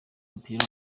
w’umupira